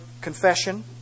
confession